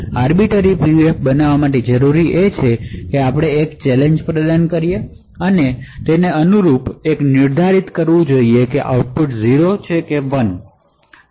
arbiter PUF બનાવવા માટે જરૂરી છે કે આપણે એક ચેલેંજ પ્રદાન કરીએ અને અનુરૂપ તે નિર્ધારિત કરવું કે આઉટપુટ 0 છે કે 1